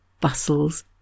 bustles